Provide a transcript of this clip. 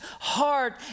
heart